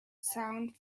sound